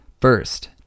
First